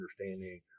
understanding